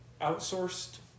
outsourced